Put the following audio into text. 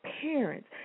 parents